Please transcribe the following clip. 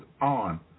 on